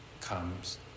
comes